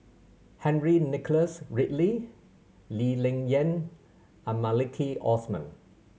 Henry Nicholas Ridley Lee Ling Yen and Maliki Osman